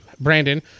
Brandon